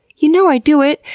you know i do it!